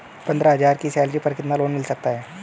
पंद्रह हज़ार की सैलरी पर कितना लोन मिल सकता है?